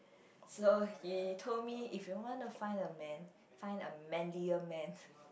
so he told me if you want to find a man find a manlier man